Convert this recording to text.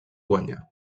guanyar